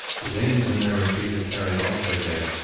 the danes in their retreat had carried off their dead,